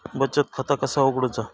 बचत खाता कसा उघडूचा?